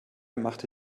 machte